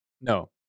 No